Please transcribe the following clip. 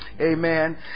Amen